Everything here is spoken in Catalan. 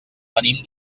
venim